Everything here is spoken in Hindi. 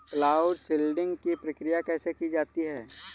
क्लाउड सीडिंग की प्रक्रिया कैसे की जाती है?